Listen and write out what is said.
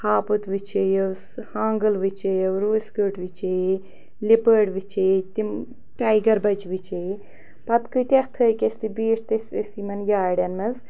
ہاپُت وٕچھے یوٚس ہانٛگُل وٕچھییو روٗسۍ کٔٹ وٕچھییے لِپٲڈ وٕچھییے تِم ٹایگَر بَچہٕ وٕچھییے پَتہٕ کۭتیٛاہ تھٔکۍ أسۍ تہٕ بیٖٹھۍ تٔسۍ أسۍ یِمَن یارٮ۪ن منٛز